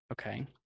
Okay